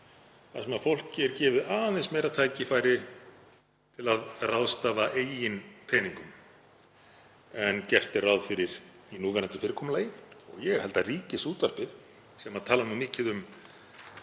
þar sem fólki er gefið aðeins meira tækifæri til að ráðstafa eigin peningum en gert er ráð fyrir í núverandi fyrirkomulagi. Ég held að Ríkisútvarpið, sem talar mikið um